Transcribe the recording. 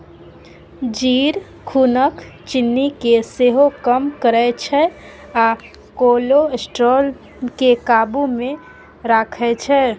जीर खुनक चिन्नी केँ सेहो कम करय छै आ कोलेस्ट्रॉल केँ काबु मे राखै छै